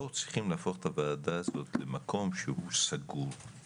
צריכים להפוך את הוועדה הזאת למקום שהוא סגור,